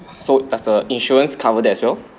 so does the insurance cover that as well